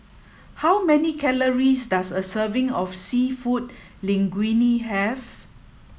how many calories does a serving of Seafood Linguine have